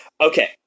Okay